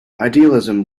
idealism